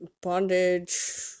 bondage